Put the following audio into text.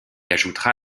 ajoutera